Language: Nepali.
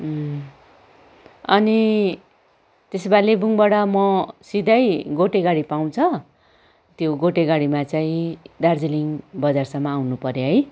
अनि त्यसो भए लेबोङबाट म सिधै गोटे गाडी पाउँछ त्यो गोटे गाडीमा चाहिँ दार्जिलिङ बजारसम्म आउनुपऱ्यो है